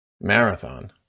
Marathon